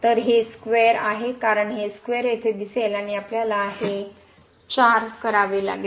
तर हे स्क्वेअर आहे कारण हे स्क्वेअर येथे दिसेल आणि आपल्याला हे 4 करावे लागेल